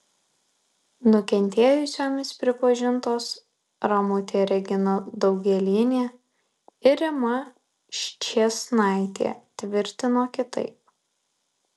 nukentėjusiomis pripažintos ramutė regina daugėlienė ir rima ščėsnaitė tvirtino kitaip